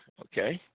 Okay